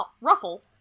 Ruffle